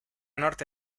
norte